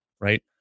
right